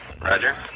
Roger